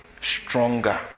stronger